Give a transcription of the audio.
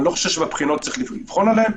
אני לא חושב שבבחינות צריך לבחון עליהם.